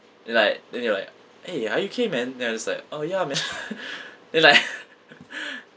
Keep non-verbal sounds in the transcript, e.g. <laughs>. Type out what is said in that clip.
then like then they were like eh are you okay man then I was just like oh ya man <laughs> then like <laughs>